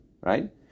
right